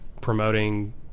promoting